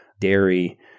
dairy